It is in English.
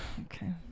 Okay